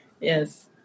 Yes